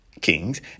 kings